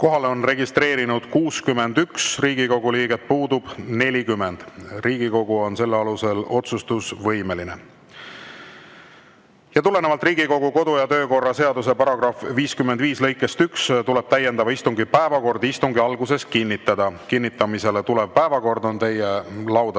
Kohalolijaks on registreerunud 61 Riigikogu liiget, puudub 40. Riigikogu on selle alusel otsustusvõimeline. Tulenevalt Riigikogu kodu‑ ja töökorra seaduse § 55 lõikest 1 tuleb täiendava istungi päevakord istungi alguses kinnitada. Kinnitamisele tulev päevakord on teie laudadele